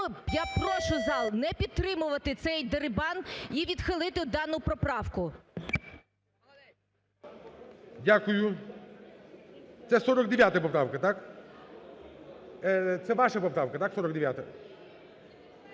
я прошу зал не підтримувати цей дерибан і відхилити дану поправку. ГОЛОВУЮЧИЙ. Дякую. Це 49-а поправка, так? Це ваша поправка, так, 49-а?